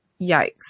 yikes